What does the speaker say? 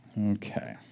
Okay